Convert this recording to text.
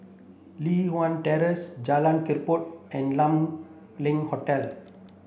Li Hwan Terrace Jalan Kechot and Kam Leng Hotel